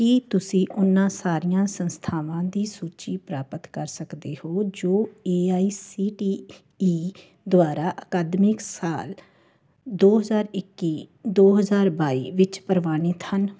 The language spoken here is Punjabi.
ਕੀ ਤੁਸੀਂ ਉਹਨਾਂ ਸਾਰੀਆਂ ਸੰਸਥਾਵਾਂ ਦੀ ਸੂਚੀ ਪ੍ਰਾਪਤ ਕਰ ਸਕਦੇ ਹੋ ਜੋ A I C T E ਦੁਆਰਾ ਅਕਾਦਮਿਕ ਸਾਲ ਦੋ ਹਜ਼ਾਰ ਇੱਕੀ ਦੋ ਹਜ਼ਾਰ ਬਾਈ ਵਿੱਚ ਪ੍ਰਵਾਨਿਤ ਹਨ